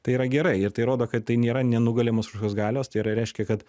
tai yra gerai ir tai rodo kad tai nėra nenugalimos kažkokios galios tai yra reiškia kad